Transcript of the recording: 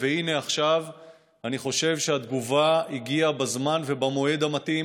והינה עכשיו אני חושב שהתגובה הגיעה בזמן ובמועד המתאים,